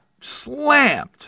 slammed